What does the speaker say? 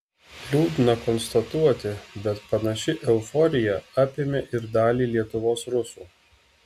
liūdna konstatuoti bet panaši euforija apėmė ir dalį lietuvos rusų